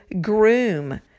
groom